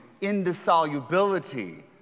indissolubility